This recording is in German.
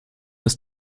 ist